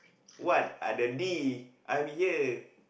what are the D I'm here